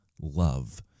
love